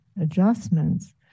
adjustments